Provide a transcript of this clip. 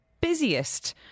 busiest